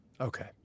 Okay